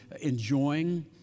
enjoying